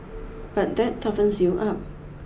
but that toughens you up